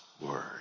word